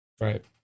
Right